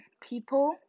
People